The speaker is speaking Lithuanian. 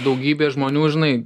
daugybė žmonių žinai